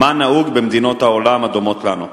2. מה נהוג במדינות העולם הדומות לנו?